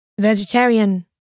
Vegetarian